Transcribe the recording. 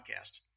podcast